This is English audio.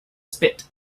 spit